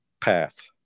path